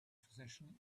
physician